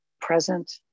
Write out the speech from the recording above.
present